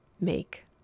make